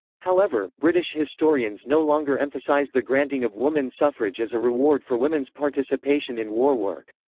however, british historians no longer emphasize the granting of woman suffrage as a reward for women's participation in war work.